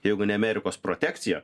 jeigu ne amerikos protekcija